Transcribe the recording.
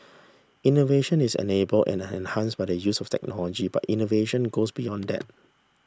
innovation is enabled and enhanced by the use of technology but innovation goes beyond that